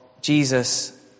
Jesus